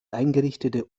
eingerichtete